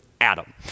Adam